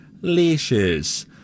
leashes